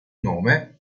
nome